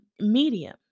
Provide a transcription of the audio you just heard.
medium